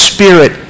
Spirit